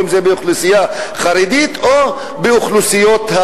או אם באוכלוסייה החרדית או באוכלוסיות,